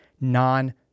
non